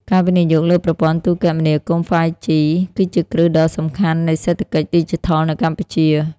ការវិនិយោគលើប្រព័ន្ធទូរគមនាគមន៍ 5G គឺជាគ្រឹះដ៏សំខាន់នៃសេដ្ឋកិច្ចឌីជីថលនៅកម្ពុជា។